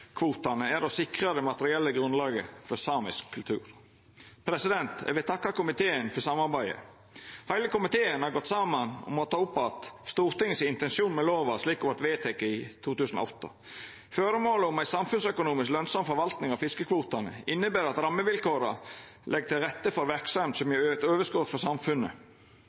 er å sikra det materielle grunnlaget for samisk kultur. Eg vil takka komiteen for samarbeidet. Heile komiteen har gått saman om å ta opp att Stortingets intensjon med lova, slik ho vart vedteken i 2008. Føremålet om ei samfunnsøkonomisk lønsam forvalting av fiskekvotane inneber at rammevilkåra legg til rette for verksemd som vil gje eit overskot for samfunnet.